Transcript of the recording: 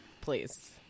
Please